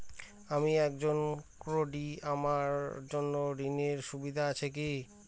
আমি একজন কট্টি আমার জন্য ঋণের সুবিধা আছে কি?